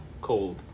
cold